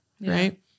Right